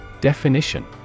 Definition